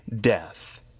death